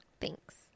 Thanks